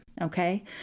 Okay